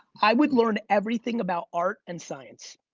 i would learn everything about art and science.